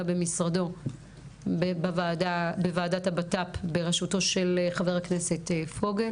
במשרדו בוועדת הבט"פ בראשותו של ח"כ פוגל.